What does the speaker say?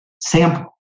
sample